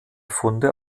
funde